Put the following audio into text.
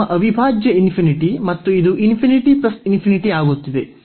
ನಮ್ಮ ಅವಿಭಾಜ್ಯ ಮತ್ತು ಇದು ಆಗುತ್ತಿದೆ